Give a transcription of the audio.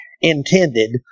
intended